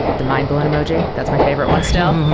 the mind blowing emoji. that's my favorite once still.